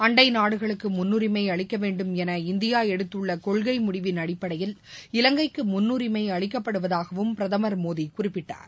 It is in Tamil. அண்டை நாடுகளுக்கு முன்னுரிமை அளிக்க வேண்டும் என இந்தியா எடுத்துள்ள கொள்கை முடிவின் அடிப்படையில் இலங்கைக்கு முன்னுரிமை அளிக்கப்படுவதாகவும் பிரதமர் மோடி குறிப்பிட்டார்